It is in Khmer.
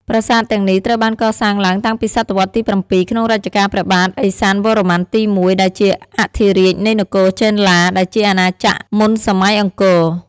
ប្រាសាទទាំងនេះត្រូវបានកសាងឡើងតាំងពីសតវត្សទី ៧ ក្នុងរជ្ជកាលព្រះបាទឦសានវរ្ម័នទី ១ ដែលជាអធិរាជនៃនគរចេនឡា ដែលជាអាណាចក្រមុនសម័យអង្គរ។